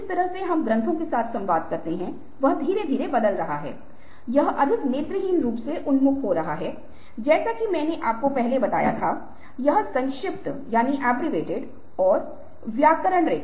जैसे कि आपके पास ओवरटाइम की समस्या से निपटने के लिए कई संभावित समाधान हैं